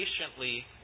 patiently